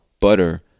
butter